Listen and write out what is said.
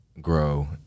Grow